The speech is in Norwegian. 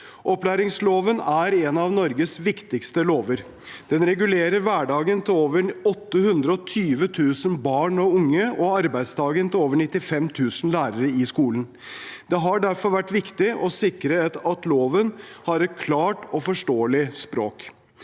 Opplæringsloven er en av Norges viktigste lover. Den regulerer hverdagen til over 820 000 barn og unge og arbeidsdagen til over 95 000 lærere i skolen. Det har derfor vært viktig å sikre at loven har et klart og forståelig språk.